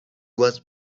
was